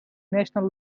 national